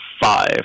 Five